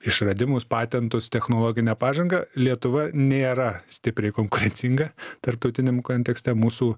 išradimus patentus technologinę pažangą lietuva nėra stipriai konkurencinga tarptautiniam kontekste mūsų